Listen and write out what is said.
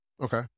Okay